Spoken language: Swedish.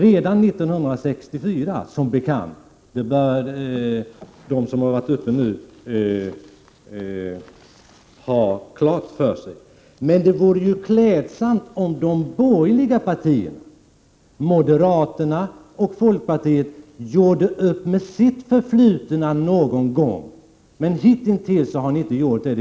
De som har varit uppe i debatten här bör ha klart för sig att det var redan 1964. Det vore klädsamt om de borgerliga partierna, särskilt moderaterna och folkpartiet, gjorde upp med sitt förflutna någon gång. Hitintills har de emellertid inte gjort det.